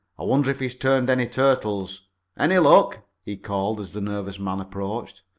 i wonder if he turned any turtles any luck? he called as the nervous man approached.